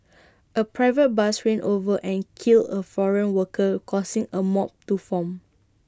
A private bus ran over and killed A foreign worker causing A mob to form